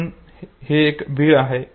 म्हणून हे एक बिळ आहे